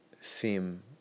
seem